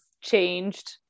changed